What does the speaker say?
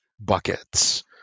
buckets